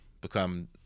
become